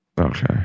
Okay